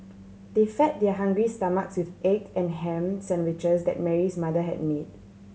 they fed their hungry stomachs with egg and ham sandwiches that Mary's mother had made